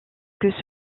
que